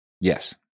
yes